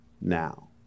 now